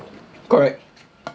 correct